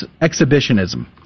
exhibitionism